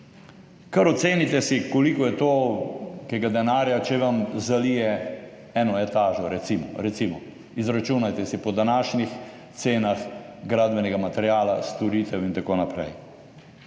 ocenite si, koliko je to, tega denarja, če vam zalije eno etažo recimo, recimo. Izračunajte si po današnjih cenah gradbenega materiala, storitev in tako naprej.